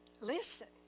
listen